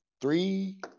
three